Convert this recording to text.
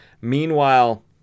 Meanwhile